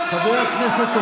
חבר הכנסת בן גביר, החוצה.